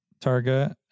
Targa